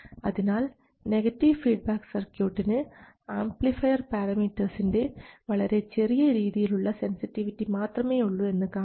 അതിനാൽ negative feedback സർക്യൂട്ടിന് amplifier പാരമീറ്റർസിൻറെ വളരെ ചെറിയ രീതിയിലുള്ള സെൻസിറ്റിവിറ്റി മാത്രമേയുള്ളൂ എന്ന് കാണാം